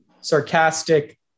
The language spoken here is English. sarcastic